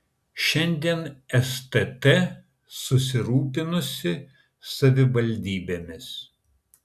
šiandien stt susirūpinusi savivaldybėmis